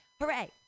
hooray